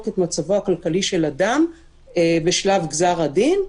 את מצבו הכלכלי של אדם בשלב גזר הדין,